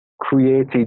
created